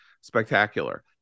spectacular